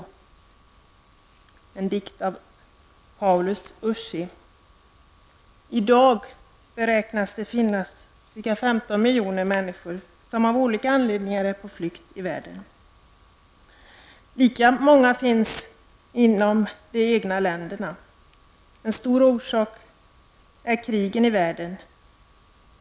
Man räknar med att det i dag finns ca 15 miljoner människor som av olika anledningar är på flykt i världen. Lika många sådana människor finns det inom de egna länderna. En viktig orsak är krigen i världen.